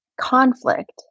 conflict